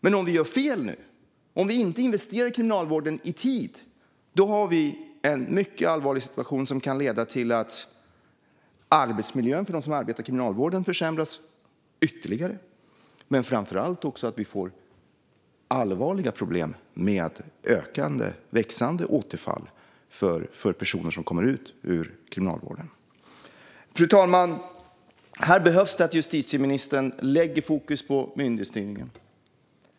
Men om vi gör fel nu, om vi inte investerar i kriminalvården i tid, blir det en mycket allvarlig situation som kan leda till att arbetsmiljön för dem som arbetar i kriminalvården försämras ytterligare och allvarliga problem med växande återfallssiffror för personer som kommer ut ur kriminalvården. Fru talman! Justitieministern måste lägga fokus på myndigheten.